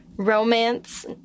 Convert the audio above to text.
Romance